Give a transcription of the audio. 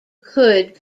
could